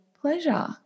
pleasure